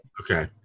Okay